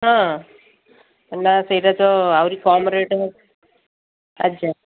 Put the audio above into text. ହଁ ନା ସେଇଟା ତ ଆହୁରି କମ ରେଟ୍ ଆଜ୍ଞା